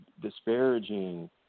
disparaging